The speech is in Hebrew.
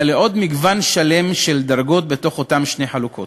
אלא לעוד מגוון שלם של דרגות בתוך אותן שתי חלוקות.